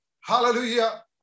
Hallelujah